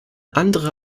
andere